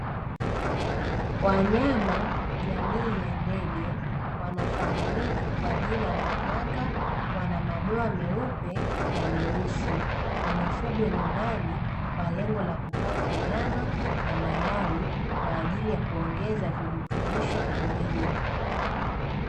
Wanyama jamii ya ndege wanafahamika kwa jina la khanga wana madoa meupe na meusi, wana fungwa nyumbani kwa lengo la kupata nyama na mayai kwa ajili kuongeza virutubisho vya mwili.